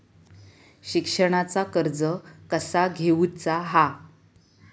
शिक्षणाचा कर्ज कसा घेऊचा हा?